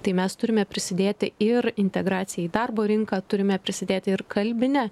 tai mes turime prisidėti ir integracijai į darbo rinką turime prisidėti ir kalbinę